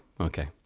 okay